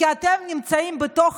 כי אתם נמצאים בתוך